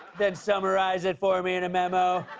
then summarize it for me in a memo.